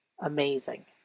Amazing